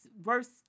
verse